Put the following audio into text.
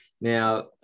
Now